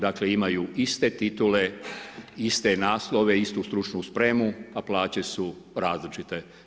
Dakle imaju iste titule iste naslove, istu stručnu spremu, a plaće su različite.